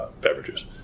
beverages